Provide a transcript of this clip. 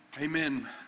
Amen